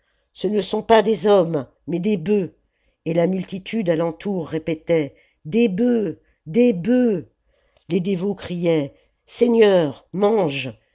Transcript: ce ne sont pas des hommes mais des bœufs et la multitude à l'entour répétait des bœufs des bœufs les dévots criaient seigneur mange